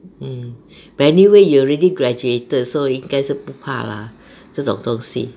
mm but any way you already graduated so 应该是不怕 lah 这种东西